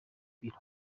bureau